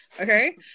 okay